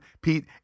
Pete